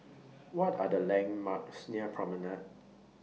What Are The landmarks near Promenade